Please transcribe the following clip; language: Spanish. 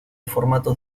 formatos